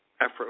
effort